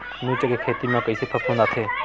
मिर्च के खेती म कइसे फफूंद आथे?